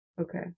Okay